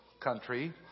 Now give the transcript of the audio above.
country